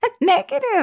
Negative